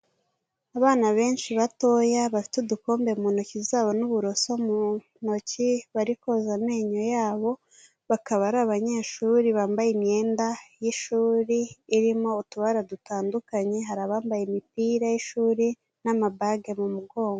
Abana benshi batoya bafite udukombe mu ntoki zabo n'uburoso mu ntoki, bari koza amenyo yabo bakaba ari abanyeshuri bambaye imyenda y'ishuri irimo utubara dutandukanye, hari abambaye imipira y'ishuri n'amabage mu mugongo.